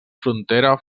frontera